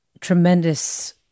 tremendous